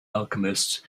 alchemist